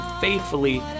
faithfully